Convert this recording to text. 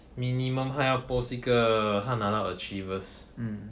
minimum 他要 post 一个他拿到 achievers